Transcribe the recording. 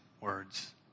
words